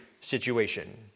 situation